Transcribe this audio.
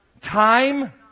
time